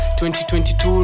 2022